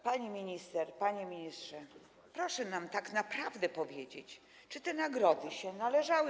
Pani minister, panie ministrze, proszę nam tak naprawdę powiedzieć: Czy te nagrody się należały?